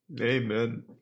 Amen